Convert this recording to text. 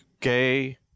gay